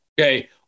Okay